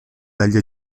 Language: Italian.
dagli